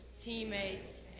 teammates